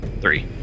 Three